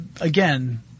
again